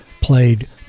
played